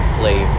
play